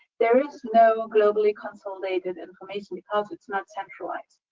there is no globally consolidated information because it's not centralized.